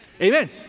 Amen